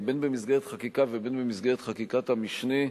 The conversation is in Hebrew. בין במסגרת חקיקה ובין במסגרת חקיקת המשנה,